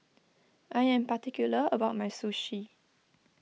I am particular about my Sushi